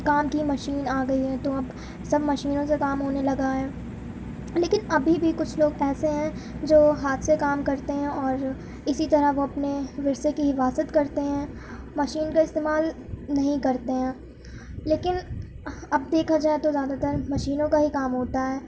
کام کی مشین آ گئی ہے تو اب سب مشینوں سے کام ہونے لگا ہے لیکن ابھی بھی کچھ لوگ ایسے ہیں جو ہاتھ سے کام کرتے ہیں اور اسی طرح وہ اپنے ورثے کی حفاظت کرتے ہیں مشین کا استعمال نہیں کرتے ہیں لیکن اب دیکھا جائے تو زیادہ تر مشینوں کا ہی کام ہوتا ہے